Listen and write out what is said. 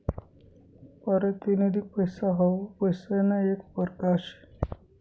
पारतिनिधिक पैसा हाऊ पैसासना येक परकार शे